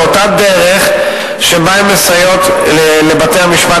באותה דרך שבה הן מסייעות לבתי-המשפט